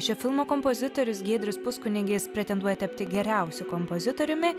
šio filmo kompozitorius giedrius puskunigis pretenduoja tapti geriausiu kompozitoriumi